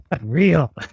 Real